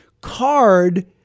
card